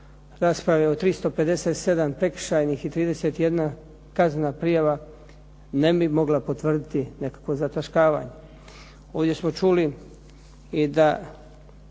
rasprave o 357 prekršajnih i 31 kaznena prijava ne bi mogla potvrditi nekakvo zataškavanje. Ovdje smo čuli i da